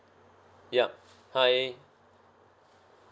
yup hi